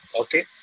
okay